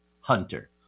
hunter